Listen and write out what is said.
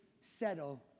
settle